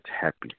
Happy